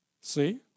See